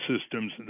systems